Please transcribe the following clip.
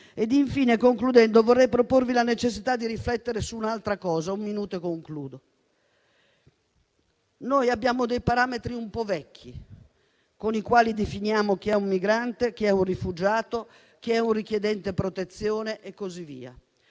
Infine, concludendo, vorrei proporvi la necessità di riflettere su un altro aspetto; abbiamo parametri un po' vecchi, con i quali definiamo chi è un migrante, chi un rifugiato, chi un richiedente protezione e così via.